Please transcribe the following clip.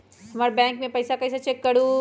हमर बैंक में पईसा कईसे चेक करु?